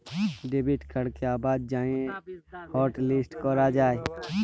debit কাড়কে আবার যাঁয়ে হটলিস্ট ক্যরা যায়